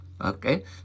Okay